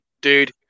dude